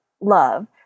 love